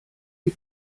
die